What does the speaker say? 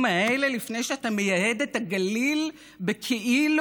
האלה לפני שאתה מייהד את הגליל בכאילו,